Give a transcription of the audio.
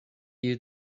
you